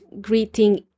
greeting